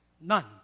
None